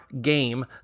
game